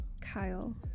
Kyle